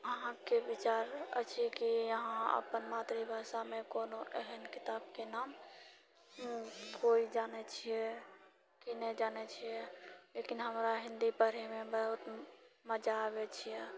अहाँके विचार अछि कि अहाँ अपन मातृभाषामे कोनो एहन किताबके नाम कोइ जानै छिऐ कि नहि जानए छिऐ लेकिन हमरा हिन्दी पढ़एमे बहुत मजा आबैत छिऐ